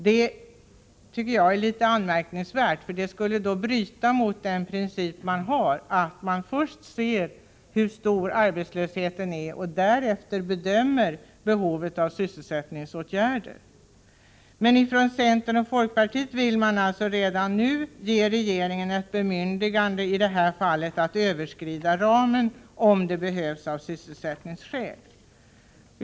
Jag tycker detta är litet anmärkningsvärt, för det skulle bryta mot den princip vi har, att först se hur stor arbetslösheten är och därefter bedöma behovet av sysselsättningsåtgärder. Centern och folkpartiet vill alltså redan nu ge regeringen ett bemyndigande att i det här fallet överskrida ramen om det skulle behövas av sysselsättningsskäl.